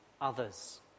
others